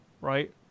right